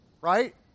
Right